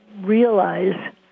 realize